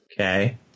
Okay